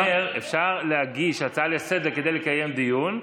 אני אומר: אפשר להגיש הצעה לסדר-היום כדי לקיים דיון.